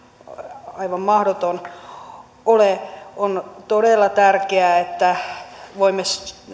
aivan mahdoton ole on todella tärkeää että voimme